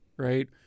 Right